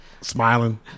Smiling